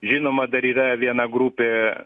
žinoma dar yra viena grupė